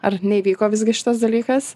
ar neįvyko visgi šitas dalykas